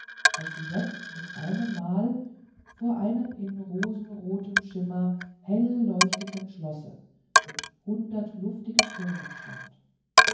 als sie jetzt mit einemmal vor einem in rosenrotem schimmer hell leuchtenden schlosse mit hundert luftigen türmen stand